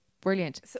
brilliant